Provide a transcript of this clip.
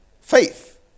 faith